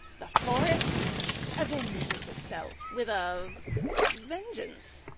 the forest avenges itself with a vengeance.